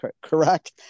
Correct